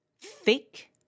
thick